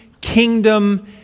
kingdom